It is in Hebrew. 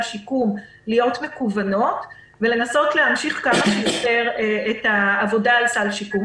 שיקום להיות מקוונות ולנסות להמשיך כמה שיותר את העבודה על סל שיקום.